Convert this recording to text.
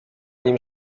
nim